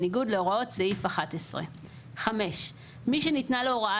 בניגוד להוראות סעיף 11. מי שניתנה לו הוראה